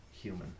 human